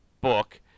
book